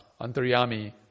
Antaryami